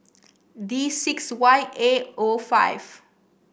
D six Y A O five